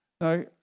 Now